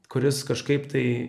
kuris kažkaip tai